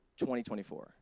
2024